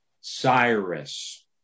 Cyrus